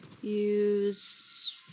use